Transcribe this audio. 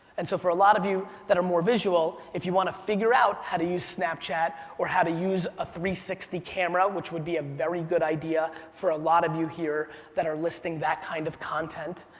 and so for a lot of you that are more visual, if you wanna figure out how to use snapchat or how to use a three hundred and sixty camera, which would be a very good idea for a lot of you here that are listing that kind of content.